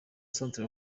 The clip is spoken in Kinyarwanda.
centre